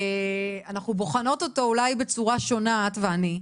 אנחנו בוחנות אותו אולי בצורה שונה, את ואני.